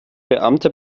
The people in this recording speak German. beamte